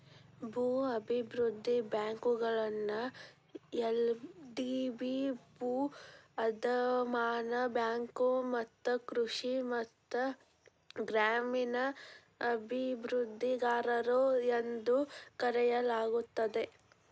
ಭೂ ಅಭಿವೃದ್ಧಿ ಬ್ಯಾಂಕುಗಳನ್ನ ಎಲ್.ಡಿ.ಬಿ ಭೂ ಅಡಮಾನ ಬ್ಯಾಂಕು ಮತ್ತ ಕೃಷಿ ಮತ್ತ ಗ್ರಾಮೇಣ ಅಭಿವೃದ್ಧಿಗಾರರು ಎಂದೂ ಕರೆಯಲಾಗುತ್ತದೆ